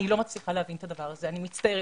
אני לא מצליחה להבין את הדבר הזה, אני מצטערת.